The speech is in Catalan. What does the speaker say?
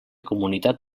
comunitat